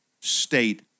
state